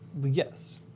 Yes